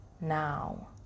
now